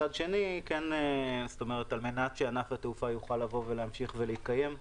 מצד שני, על-מנת שענף התעופה יוכל להמשיך להתקיים,